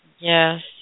Yes